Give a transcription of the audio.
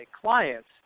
clients